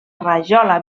rajola